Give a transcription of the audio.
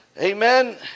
amen